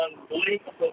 unbelievable